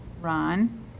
ron